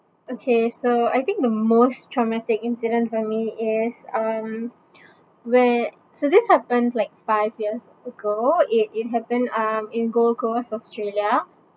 okay so I think the most traumatic incident for me is um where so this happened like five years ago it it happened um in gold coast australia